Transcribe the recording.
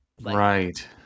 Right